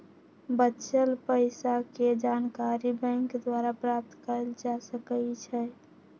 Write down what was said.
बच्चल पइसाके जानकारी बैंक द्वारा प्राप्त कएल जा सकइ छै